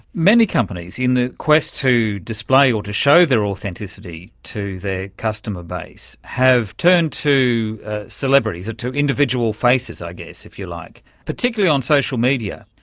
many companies in the quest to display or to show their authenticity to their customer base have turned to celebrities, to individual faces i guess, if you like, particularly on social media.